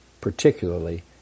particularly